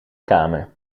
kamer